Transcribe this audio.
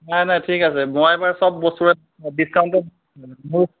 নাই নাই ঠিক আছে মই এইবাৰ চব বস্তুৰে ডিছকাউণ্টত